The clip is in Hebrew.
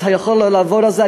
אתה יכול לא לעבור על זה,